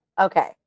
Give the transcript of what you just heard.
Okay